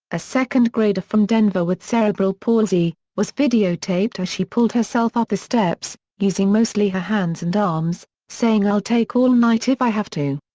a second grader from denver with cerebral palsy, was videotaped as she pulled herself up the steps, using mostly her hands and arms, saying i'll take all night if i have to.